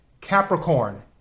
Capricorn